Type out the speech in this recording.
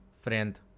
friend